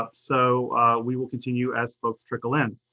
ah so we will continue as folks trickle in.